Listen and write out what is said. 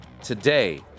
today